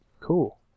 Cool